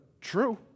true